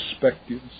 perspectives